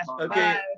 Okay